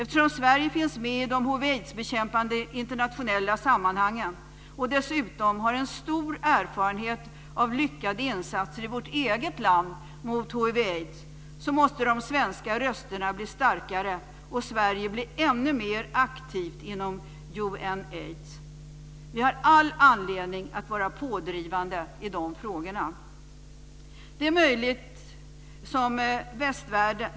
Eftersom Sverige finns med i de hiv/aidsbekämpande internationella sammanhangen och dessutom har en stor erfarenhet av lyckade insatser i vårt eget land, måste de svenska rösterna bli starkare och Sverige bli ännu mer aktivt inom UNAIDS.